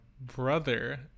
brother